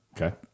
Okay